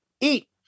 eat